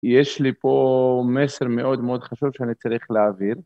יש לי פה מסר מאוד מאוד חשוב שאני צריך להעביר.